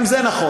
גם זה נכון.